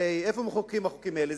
הרי איפה מחוקקים את החוקים האלה?